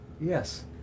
Yes